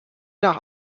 nach